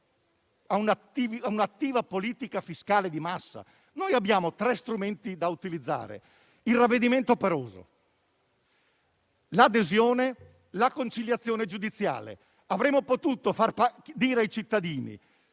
a un'attiva politica fiscale di massa. Abbiamo tre strumenti da utilizzare: il ravvedimento operoso, l'adesione e la conciliazione giudiziale. Avremmo potuto dire ai cittadini: